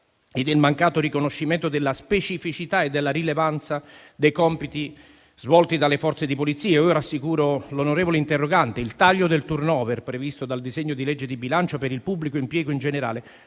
e del mancato riconoscimento della specificità e della rilevanza dei compiti svolti dalle Forze di polizia. Rassicuro l'onorevole interrogante sul fatto che il taglio del *turnover*, previsto dal disegno di legge di bilancio per il pubblico impiego in generale,